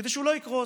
כדי שהוא לא יקרוס,